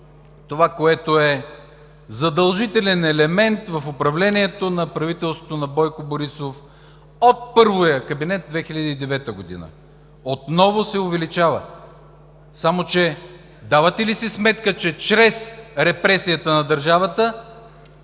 това, което е задължителен елемент в управлението на правителството на Бойко Борисов от първия кабинет 2009 г., отново се увеличава. Само че давате ли си сметка, че чрез репресията на държавата